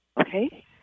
Okay